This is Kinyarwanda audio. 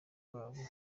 rwabo